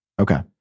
Okay